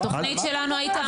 בתוכנית שלנו היית אמור לקבל.